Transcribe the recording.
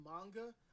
manga